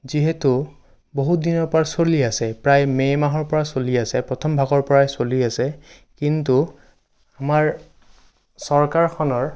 যিহেতু বহুত দিনৰ পৰা চলি আছে প্ৰায় মে' মাহৰ পৰা চলি আছে প্ৰথম ভাগৰ পৰাই চলি আছে কিন্তু আমাৰ চৰকাৰখনৰ